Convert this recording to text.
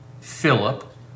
Philip